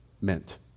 meant